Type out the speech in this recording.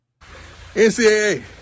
NCAA